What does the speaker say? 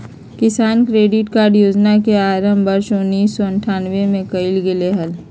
किसान credit card योजना के आरंभ वर्ष उन्नीसौ अठ्ठान्नबे में कइल गैले हल